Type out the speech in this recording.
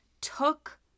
took